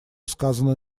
сказано